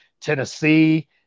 Tennessee